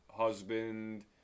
husband